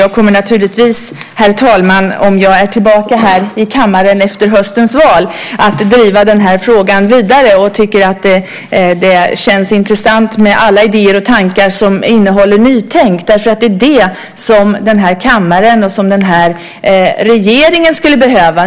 Jag kommer naturligtvis, herr talman, om jag är tillbaka här i kammaren efter höstens val, att driva den här frågan vidare och tycker att det känns intressant med alla idéer och tankar som innehåller nytänkande. Det är det som den här kammaren och den här regeringen skulle behöva.